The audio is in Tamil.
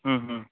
ம் ம்